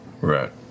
Right